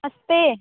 नमस्ते